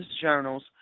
Journals